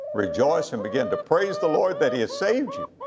rejoice and begin to praise the lord that he has saved you.